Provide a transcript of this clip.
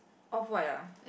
off white uh